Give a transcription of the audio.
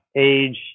Age